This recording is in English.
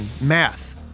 math